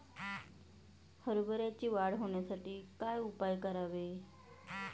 हरभऱ्याची वाढ होण्यासाठी काय उपाय करावे?